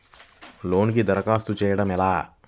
లోనుకి దరఖాస్తు చేయడము ఎలా?